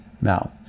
mouth